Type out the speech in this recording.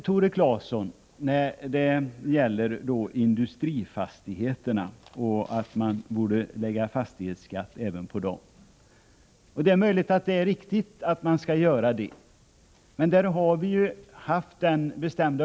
Tore Claeson har hävdat att man borde lägga fastighetsskatt även på industrifastigheterna. Det är möjligt att det är riktigt att man skall göra det.